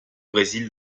brésil